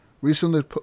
recently